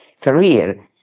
career